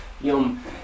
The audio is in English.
Yum